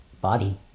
body